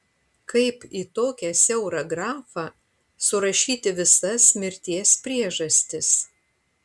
kaip į tokią siaurą grafą surašyti visas mirties priežastis